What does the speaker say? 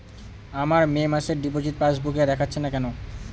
আমার মে মাসের ডিপোজিট পাসবুকে দেখাচ্ছে না কেন?